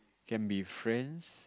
can be friends